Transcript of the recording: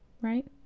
Right